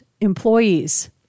employees